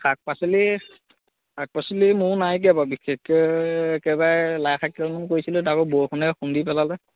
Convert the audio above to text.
শাক পাচলি শাক পাচলি মোৰ নাইকিয়া বাৰু বিশেষকৈ একেবাৰে লাই শাক কেইডালমান কৰিছিলোঁ তাকো বৰষুণে খুন্দি পেলালে